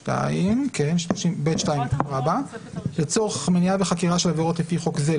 30ב(2) "לצורך פנייה וחקירה של עבירות לפי חוק זה,